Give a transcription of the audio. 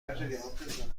است